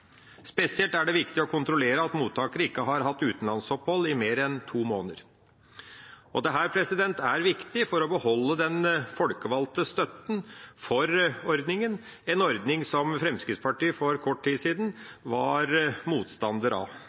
Spesielt er det viktig å kontrollere at mottakere ikke har hatt utenlandsopphold i mer enn to måneder. Dette er viktig for å beholde den folkevalgte støtten for ordninga, en ordning som Fremskrittspartiet for kort tid sida var motstander av.